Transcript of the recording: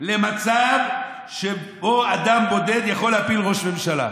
למצב שבו אדם בודד יכול להפיל ראש ממשלה.